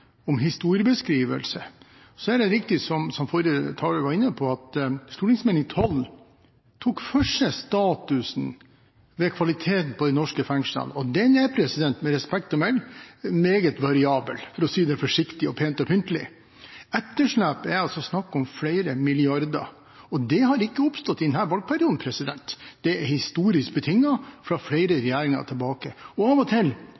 om historiebeskrivelse, er det riktig som forrige taler var inne på, at Meld. St. 12 for 2014–2015 tok for seg statusen ved kvaliteten på de norske fengslene, og den er – med respekt å melde – meget variabel, for å si det forsiktig og pent og pyntelig. Etterslepet er altså på flere milliarder kroner, og det har ikke oppstått i denne valgperioden. Det er historisk betinget, fra flere regjeringer tilbake. Av og til